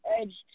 edge